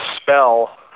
spell